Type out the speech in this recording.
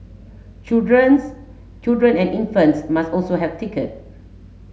children's children and infants must also have ticket